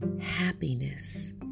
happiness